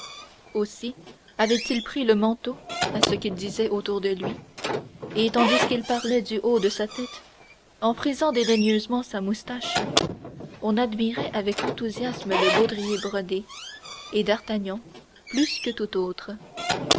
aussi avait-il pris le manteau à ce qu'il disait autour de lui et tandis qu'il parlait du haut de sa tête en frisant dédaigneusement sa moustache on admirait avec enthousiasme le baudrier brodé et d'artagnan plus que tout autre